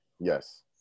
Yes